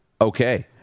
okay